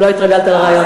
אם לא התרגלת לרעיון.